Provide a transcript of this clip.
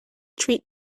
treat